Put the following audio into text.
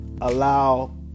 allow